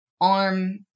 arm